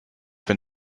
been